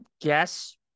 guess